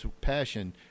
passion